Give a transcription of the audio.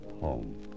Home